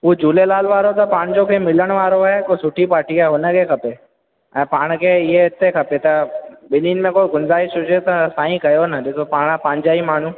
उहो झूलेलाल वारो त पंहिंजे खे मिलण वारो आहे को सुठी पार्टी आहे हुनखे खपे ऐं पाण खे इहो हिते खपे त ॿिन्हिनि में को गुंजाइश हुजे त साईं कयो न ॾिसो पाणि पंहिंजा ई माण्हू